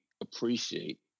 appreciate